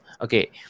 Okay